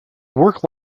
work